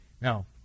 Now